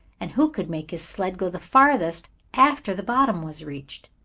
and who could make his sled go the farthest after the bottom was reached.